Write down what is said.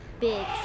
Big